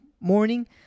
morning